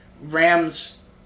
Rams